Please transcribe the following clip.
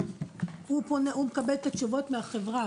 הוא מקבל את התשובות מהחברה,